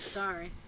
sorry